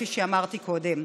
כפי שאמרתי קודם.